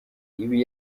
ibi